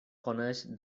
coneix